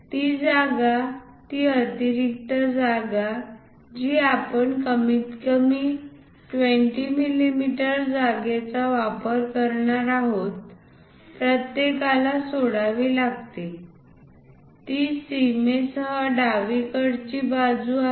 ती जागा ती अतिरिक्त जागा जी आपण कमीतकमी २० मिमी जागेचा वापर करणार आहोत प्रत्येकाला सोडावी लागते ती सीमेसह डावीकडची बाजू आहे